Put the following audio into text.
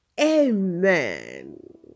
Amen